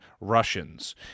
Russians